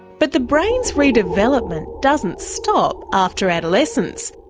but the brain's redevelopment doesn't stop after adolescence,